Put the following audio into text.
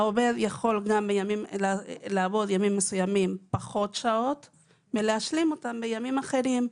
העובד יכול לעבוד בימים מסוימים פחות שעות ולהשלים אותן בימים אחרים.